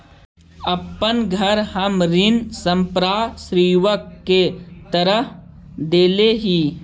अपन घर हम ऋण संपार्श्विक के तरह देले ही